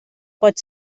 pot